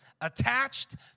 attached